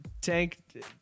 Tank